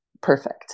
perfect